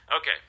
Okay